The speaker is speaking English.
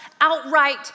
outright